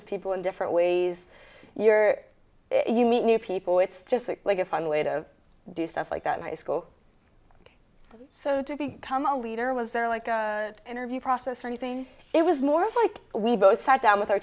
with people in different ways you meet new people it's just like a fun way to do stuff like that my school so to become a leader was there like an interview process or anything it was more like we both sat down with our